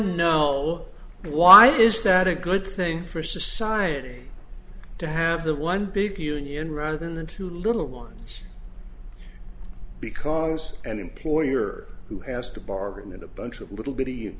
know why is that a good thing for society to have the one big union rather than two little ones because an employer who has to bargain in a bunch of little bit